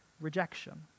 rejection